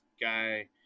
guy